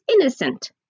innocent